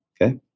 okay